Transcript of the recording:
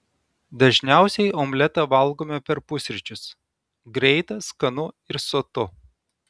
dažniausiai omletą valgome per pusryčius greita skanu ir sotu